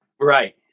Right